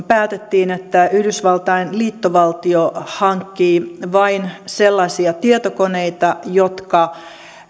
päätettiin että yhdysvaltain liittovaltio hankkii vain sellaisia tietokoneita jotka